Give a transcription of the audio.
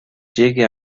llegue